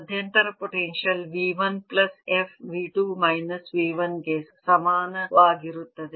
ಮಧ್ಯಂತರ potential V 1 plus f V 2 minus V 1 ಗೆ ಸಮಾನವಾಗಿರುತ್ತದೆ